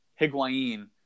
Higuain